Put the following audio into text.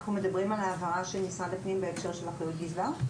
אנחנו מדברים על ההבהרה של משרד הפנים בהקשר של אחריות הגזבר?